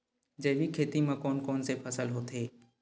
जैविक खेती म कोन कोन से फसल होथे?